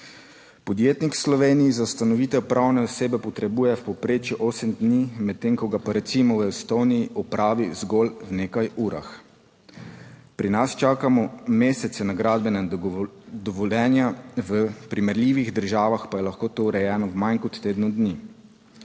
Podjetnik v Sloveniji za ustanovitev pravne osebe potrebuje v povprečju osem dni, medtem ko ga pa recimo v Estoniji opravi zgolj v nekaj urah. Pri nas čakamo mesece na gradbena dovoljenja, v primerljivih državah pa je lahko to urejeno v manj kot tednu dni.